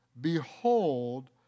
Behold